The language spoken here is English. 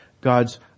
God's